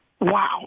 Wow